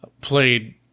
played